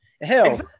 Hell